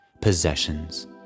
possessions